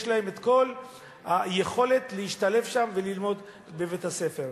לה כל היכולת להשתלב שם וללמוד בבית-הספר?